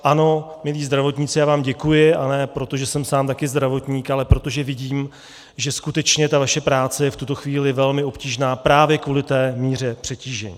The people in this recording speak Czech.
Ano, milí zdravotníci, já vám děkuji, ale protože jsem sám taky zdravotník, ale protože vidím, že skutečně vaše práce je v tuto chvíli velmi obtížná právě kvůli té míře přetížení.